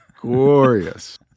glorious